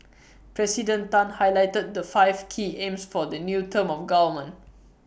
President Tan highlighted the five key aims for the new term of government